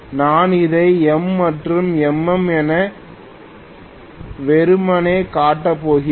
நான் இதை M மற்றும் MM என வெறுமனே காட்ட போகிறேன்